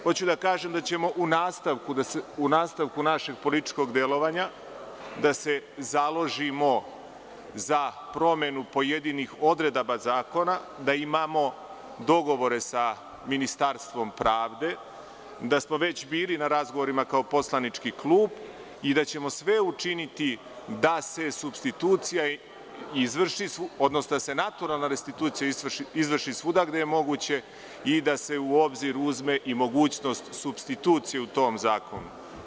Hoću da kažem da ćemo u nastavku našeg političkog delovanja da se založimo za promenu pojedinih odredaba zakona, da imamo dogovore sa Ministarstvom pravde, da smo već bili na razgovorima kao poslanički klub i da ćemo sve učiniti da se naturalna restitucija izvrši svuda gde je moguće i da se u obzir uzme i mogućnost supstitucije u tom zakonu.